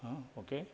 आं ओके